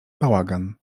bałagan